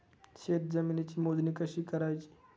शेत जमिनीची मोजणी कशी करायची?